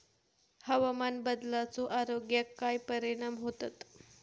हवामान बदलाचो आरोग्याक काय परिणाम होतत?